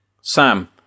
Sam